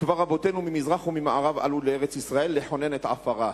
כבר רבותינו ממזרח וממערב עלו לארץ-ישראל לחונן את עפרה.